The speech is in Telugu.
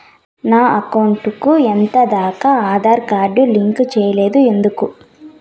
నా అకౌంట్ కు ఎంత దాకా ఆధార్ కార్డు లింకు సేయలేదు ఎందుకు